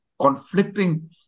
conflicting